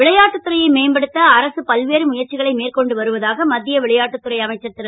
விளையாட்டுத் துறையை மேம்படுத்த அரசு பல்வேறு முயற்சிகளை மேற்கொண்டு வருவதாக மத் ய விளையாட்டுத் துறை அமைச்சர் ரு